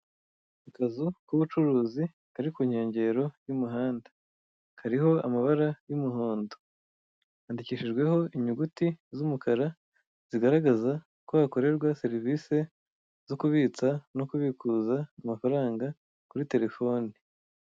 Akazu k'ubucuruzi kari ku nkengero y'umuhanda, kariho amabara y'umuhondo, kandikishijweho inyuguti z'umukara zigaragaza ko hakorerwa serivisi zo kubitsa no kubikuza amafaranga kuri telefone.